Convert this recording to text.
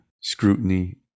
scrutiny